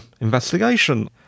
investigation